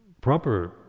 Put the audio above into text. proper